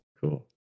Cool